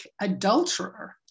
adulterer